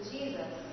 Jesus